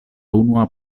unua